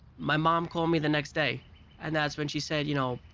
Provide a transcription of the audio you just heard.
my mom called me the next day and that's when she said, you know,